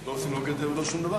לא עושים, לא גדר ולא שום דבר,